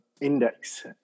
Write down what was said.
index